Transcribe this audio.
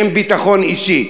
עם ביטחון אישי.